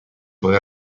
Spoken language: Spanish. puede